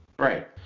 Right